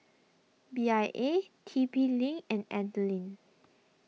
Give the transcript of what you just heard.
Bia T P Link and Anlene